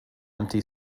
empty